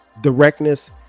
directness